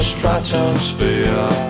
Stratosphere